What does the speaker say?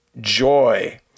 joy